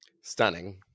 Stunning